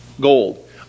gold